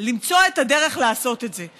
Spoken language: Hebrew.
למצוא את הדרך לעשות את זה.